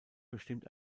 bestimmt